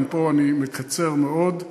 גם פה אני מקצר מאוד.